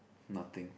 nothing